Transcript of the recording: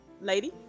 lady